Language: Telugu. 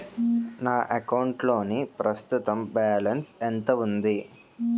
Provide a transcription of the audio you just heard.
నా అకౌంట్ లోని ప్రస్తుతం బాలన్స్ ఎంత ఉంది?